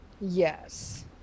Yes